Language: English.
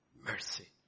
mercy